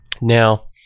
Now